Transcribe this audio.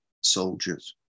soldiers